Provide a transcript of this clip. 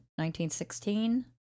1916